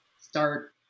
start